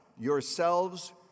yourselves